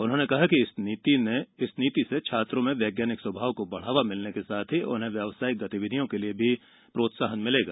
उन्होंने कहा कि इस नीति से छात्रों में वैज्ञानिक स्वभाव को बढ़ावा मिलने के साथ ही उन्हें व्यावसायिक गतिविधियों के लिए प्रोत्साहन मिलेगा